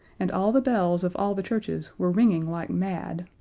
and all the bells of all the churches were ringing like mad,